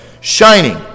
shining